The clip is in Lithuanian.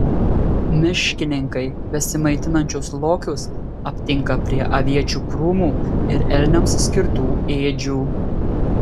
miškininkai besimaitinančius lokius aptinka prie aviečių krūmų ir elniams skirtų ėdžių